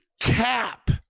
cap